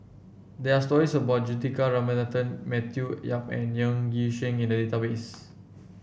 there are stories about Juthika Ramanathan Matthew Yap and Ng Yi Sheng in the database